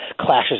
clashes